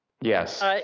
Yes